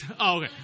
okay